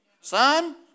Son